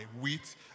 wheat